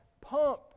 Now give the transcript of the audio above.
pump